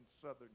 southern